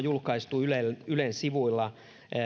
julkaistu ylen ylen sivuilla